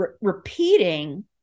repeating